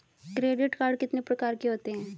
Credit card कितने प्रकार के होते हैं?